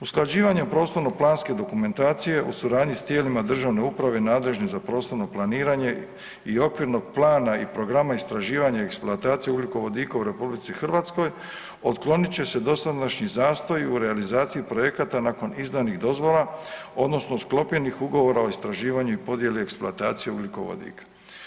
Usklađivanje prostorno planske dokumentacije u suradnji sa tijelima državne uprave nadležnim za prostorno planiranje i okvirnog plana i programa istraživanja i eksploataciji ugljikovodika u RH, otkloniti će se dosadašnji zastoji u realizaciji projekata nakon izdanih dozvola odnosno sklopljenih ugovora o istraživanju i podjeli eksploatacije ugljikovodika.